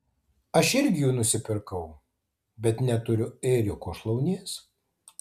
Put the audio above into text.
aš irgi jų nusipirkau bet neturiu ėriuko šlaunies